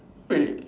wait